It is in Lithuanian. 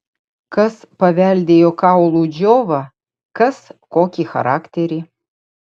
kas paveldėjo kaulų džiovą kas kokį charakterį